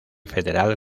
federal